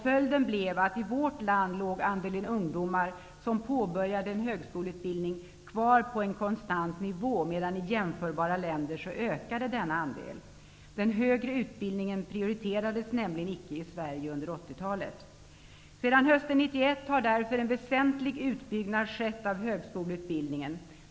Följden blev att i vårt land låg andelen ungdomar som påbörjade en högskoleutbildning kvar på en konstant nivå. I jämförbara länder ökade denna andel. Den högre utbildningen prioriterades nämligen inte i Sverige under 80-talet. Sedan hösten 1991 har därför en väsentlig utbyggnad skett av högskoleutbildningen.